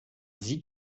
sieht